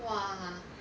!wah!